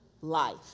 life